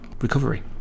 recovery